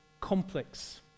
complex